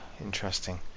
interesting